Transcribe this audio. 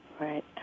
right